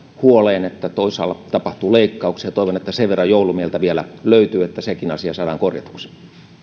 huoleen että toisaalla tapahtuu leikkauksia ja toivon että sen verran joulumieltä vielä löytyy että sekin asia saadaan korjatuksi